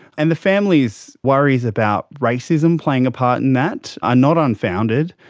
and the family's worries about racism playing a part in that are not unfounded.